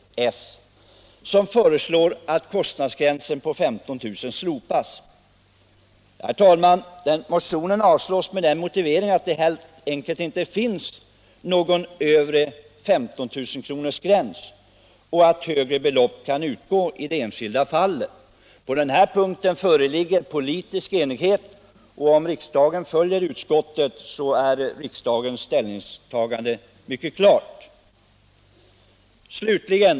Där föreslås att kostnadsgränsen på 15 000 kr. slopas. Motionen avstyrks med den motiveringen att det helt enkelt inte finns någon övre gräns på 15 000 kr. och att högre belopp kan utgå i det enskilda fallet. På denna punkt föreligger politisk enighet, och om riksdagen följer utskottet är riksdagens ställningstagande mycket entydigt och klart.